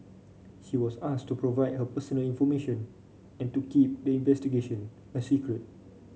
she was asked to provide her personal information and to keep the investigation a secret